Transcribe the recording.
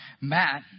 Matt